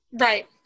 Right